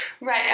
Right